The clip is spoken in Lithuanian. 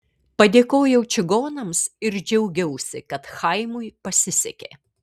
padėkojau čigonams ir džiaugiausi kad chaimui pasisekė